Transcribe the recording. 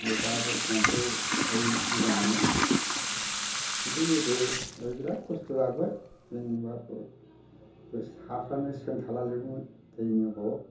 बे दा बर्थमानथ' ओय मोजाङानो खिन्थु गोदो ओय बिराद खस्थ' जाबोबाय जोंनिबाथ' बे हाफ्रानो सेन्थाथाला जोबोमोन दैनि अभाबाव